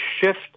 shift